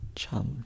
chum